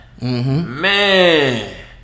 Man